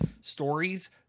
stories